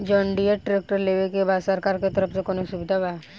John Deere tractor लेवे के बा सरकार के तरफ से कौनो सुविधा बा?